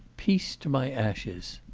peace to my ashes